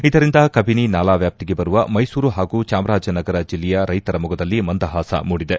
ಇದರಿಂದ ಕಬಿನಿ ನಾಲಾ ವ್ಯಾಪ್ತಿಗೆ ಬರುವ ಮೈಸೂರು ಹಾಗೂ ಚಾಮರಾಜನಗರ ಜಿಲ್ಲೆಯ ರೈತರ ಮೊಗದಲ್ಲಿ ಮಂದಹಾಸ ಮೂಡಿದೆ